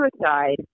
suicide